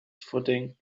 footing